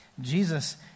Jesus